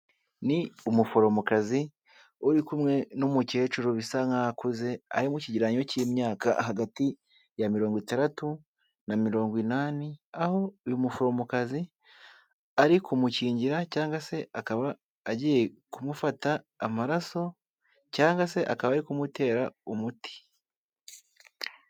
Ni umuforomokazi, uri kumwe n'umukecuru bisa nk'aho akuze, ari mu kigereranyo cy'imyaka hagati ya mirongo itandatu na mirongo inani, aho uyu muforomokazi ari kumukingira cyangwa se akaba agiye kumufata amaraso cyangwa se akaba ari kumutera umuti.